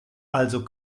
also